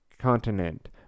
continent